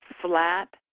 flat